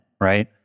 Right